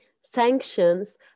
sanctions